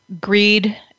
greed